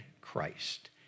Christ